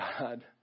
God